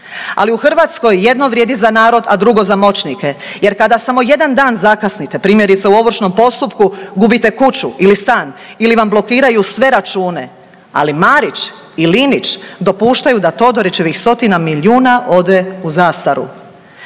Ali u Hrvatskoj jedno vrijedi za narod, a drugo za moćnike. Jer kada samo jedan dan zakasnite, primjerice u Ovršnom postupku, gubite kuću ili stan, ili vam blokiraju sve račune, ali Marić i Linić dopuštaju da Todorićevih stotina milijuna ode u zastaru.